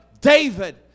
David